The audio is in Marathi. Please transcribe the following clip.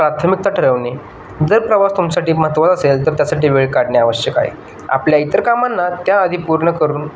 प्राथमिकता ठरवणे जर प्रवास तुमच्यसाठी महत्त्वाचं असेल तर त्यासाठी वेळ काढणे आवश्यक आहे आपल्या इतर कामांना त्या आधी पूर्ण करून